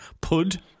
Pud